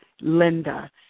Linda